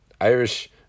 Irish